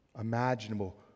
imaginable